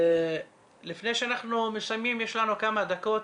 לפני שאנחנו מסיימים יש לנו כמה דקות.